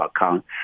account